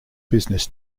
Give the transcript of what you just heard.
business